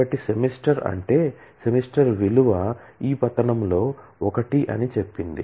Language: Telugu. కాబట్టి సెమిస్టర్ అంటే సెమిస్టర్ విలువ ఈ ఫాల్ లో ఒకటి అని చెప్పింది